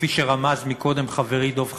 כפי שרמז קודם חברי דב חנין,